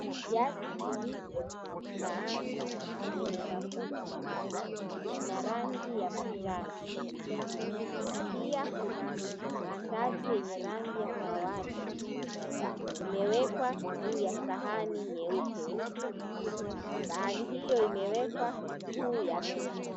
Viazi vilivyo kaangwa kwenye mafuta ina rangi ya manjano, pia kuna maandazi yenye rangi ya kahawani imewekwa juu ya sahani nyeupe. Sahani hio imewekwa juu ya meza.